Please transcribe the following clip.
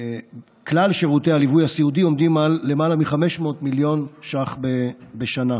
כלל שירותי הליווי הסיעודי עומדים על למעלה מ-500 מיליון ש"ח בשנה.